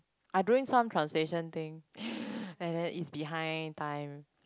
I doing some translation thing and then it's behind time